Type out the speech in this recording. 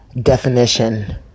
definition